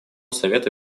совета